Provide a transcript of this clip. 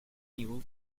mule